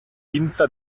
pinta